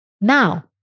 Now